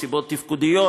מסיבות תפקודיות,